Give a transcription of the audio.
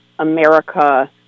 America